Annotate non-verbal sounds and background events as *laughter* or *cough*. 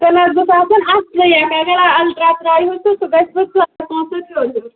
تیٚلہِ حظ گوٚژھ آسَن اَصلٕے *unintelligible* اگر الٹرٛا ترٛایِہوٗ تہٕ سُہ گژھِوٕ *unintelligible* پانٛژھ ہَتھ ہیوٚر ہیوٚر